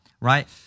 right